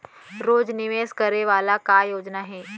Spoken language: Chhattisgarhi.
रोज निवेश करे वाला का योजना हे?